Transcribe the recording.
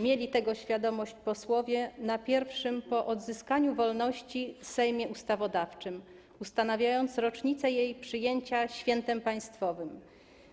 Mieli tego świadomość posłowie na pierwszym po odzyskaniu wolności Sejmie Ustawodawczym, ustanawiając rocznicę jej przyjęcia świętem państwowym,